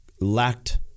lacked